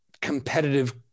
competitive